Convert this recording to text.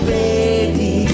baby